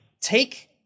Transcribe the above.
take